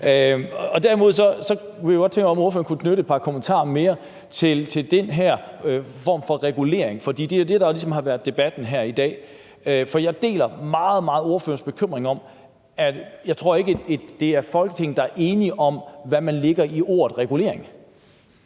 Derimod kunne jeg godt tænke mig, at ordføreren kunne knytte et par kommentarer mere til den her form for regulering, for det er jo det, der ligesom har været debatten her i dag. Jeg deler meget, meget ordførerens bekymring over det. Jeg tror ikke, at det er et Folketing, der er enige om, hvad man lægger i ordet regulering.